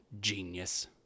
genius